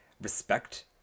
respect